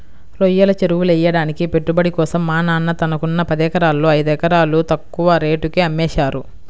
రొయ్యల చెరువులెయ్యడానికి పెట్టుబడి కోసం మా నాన్న తనకున్న పదెకరాల్లో ఐదెకరాలు తక్కువ రేటుకే అమ్మేశారు